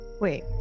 Wait